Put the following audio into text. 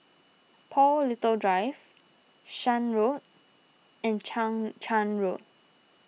Paul Little Drive Shan Road and Chang Charn Road